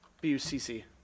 B-U-C-C